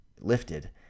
lifted